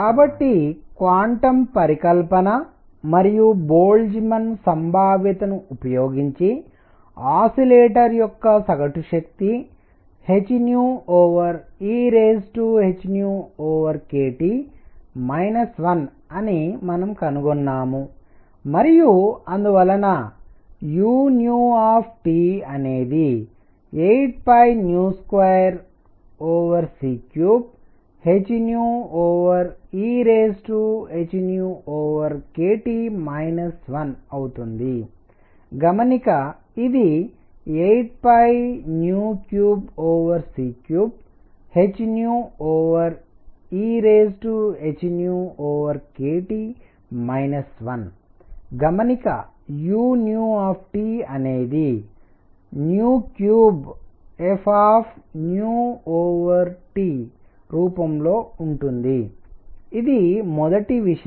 కాబట్టి క్వాంటం పరికల్పన మరియు బోల్ట్జ్మాన్ సంభావ్యత ను ఉపయోగించి ఆసిలేటర్ యొక్క సగటు శక్తిhehkT 1 అని మనము కనుగొన్నాము మరియు అందువలన uఅనేది 82c3hehkT 1అవుతుంది గమనిక ఇది 83c3hehkT 1 గమనిక uఅనేది 3fరూపంలో ఉంటుంది ఇది మొదటి విషయం